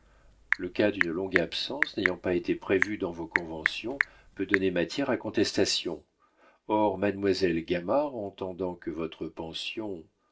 le cas d'une longue absence n'ayant pas été prévu dans vos conventions peut donner matière à contestation or mademoiselle gamard entendant que votre pension